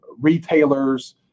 retailers